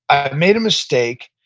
i've made a mistake.